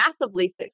massively